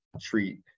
treat